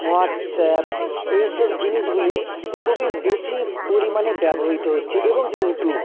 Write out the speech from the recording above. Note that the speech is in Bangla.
হোয়াটসঅ্যাপ এইসব জিনিসগুলি খুবই বেশি পরিমাণে ব্যবহৃত হচ্ছে এবং ইউটিউব